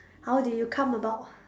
how did you come about